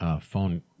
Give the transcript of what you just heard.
phone